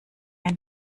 ein